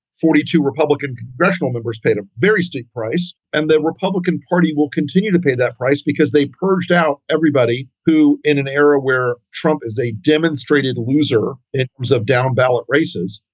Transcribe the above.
forty two republican congressional members paid a very steep price. and the republican party will continue to pay that price because they purged out everybody who in an era where trump is a demonstrated loser. it was up, down ballot races.